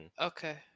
Okay